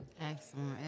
Excellent